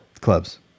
clubs